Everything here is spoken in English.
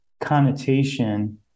connotation